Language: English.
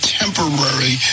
temporary